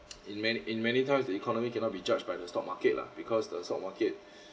in man in many times the economy cannot be judged by the stock market lah because the stock market